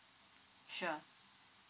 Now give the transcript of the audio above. sure